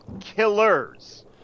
killers